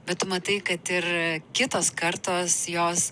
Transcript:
bet tu matai kad ir kitos kartos jos